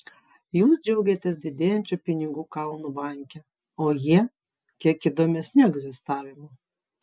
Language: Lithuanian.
jūs džiaugiatės didėjančiu pinigų kalnu banke o jie kiek įdomesniu egzistavimu